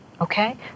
okay